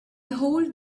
hold